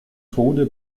tode